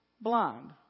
blind